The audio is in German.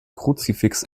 kruzifix